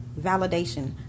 validation